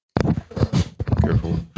Careful